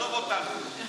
עזוב אותנו,